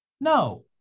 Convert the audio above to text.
no